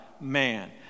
man